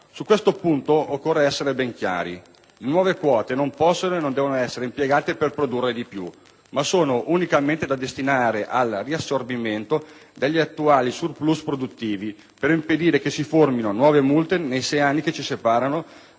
Su questo punto occorre essere ben chiari. Le nuove quote non possono e non devono essere impiegate per produrre di più, ma sono unicamente da destinare al riassorbimento degli attuali surplus produttivi per impedire che si formino nuove multe nei sei anni che ci separano